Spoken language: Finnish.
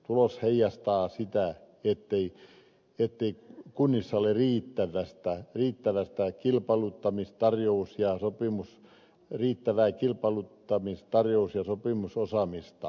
tulos heijastaa sitä ettei kunnissa ole viittä lasta riittävä tai kilpailuttamista rajuus ja sopimus riittävää kilpailuttamis tarjous ja sopimusosaamista